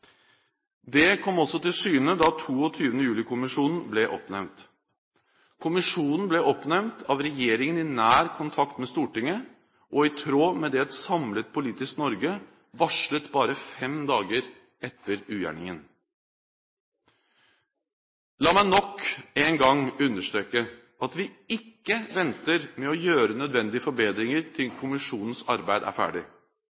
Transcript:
Det kom også til syne da 22. juli-kommisjonen ble oppnevnt. Kommisjonen ble oppnevnt av regjeringen i nær kontakt med Stortinget og i tråd med det et samlet politisk Norge varslet bare fem dager etter ugjerningen. La meg nok en gang understreke at vi ikke venter med å gjøre nødvendige forbedringer til